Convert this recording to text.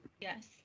Yes